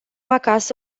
acasă